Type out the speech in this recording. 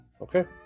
Okay